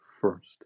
first